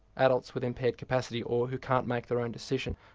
adults with impaired capacity or who can't make their own decision,